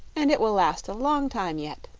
and it will last a long time yet.